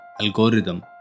algorithm